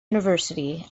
university